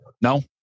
No